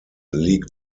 league